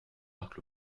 marque